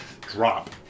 drop